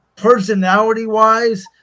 Personality-wise